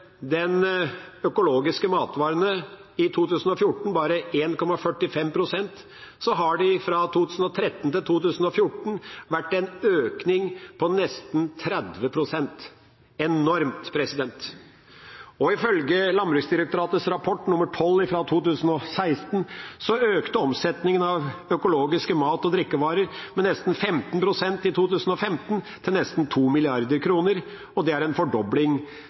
økologiske matvarene i 2014 bare 1,45 pst., så har det fra 2013 til 2014 vært en økning på nesten 30 pst. – enormt. Ifølge Landbruksdirektoratets rapport nr. 12 fra 2016 økte omsetningen av økologiske mat- og drikkevarer med nesten 15 pst. i 2015, til nesten 2 mrd. kr, og det er en fordobling